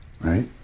Right